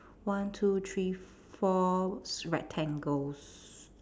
one two three four s~ rectangles